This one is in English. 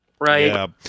Right